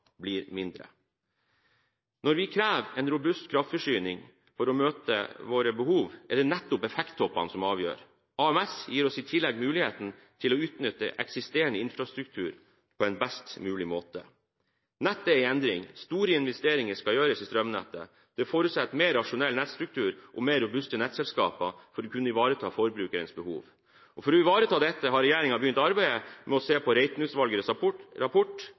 blir mindre. Når vi krever en robust kraftforsyning for å møte våre behov, er det nettopp effekttoppene som avgjør. AMS gir oss i tillegg muligheten til å utnytte eksisterende infrastruktur på en best mulig måte. Nettet er i endring. Store investeringer skal gjøres i strømnettet. Det forutsetter en mer rasjonell nettstruktur og mer robuste nettselskaper for å kunne ivareta forbrukernes behov. For å ivareta dette har regjeringen begynt arbeidet med å se på Reiten-utvalgets rapport,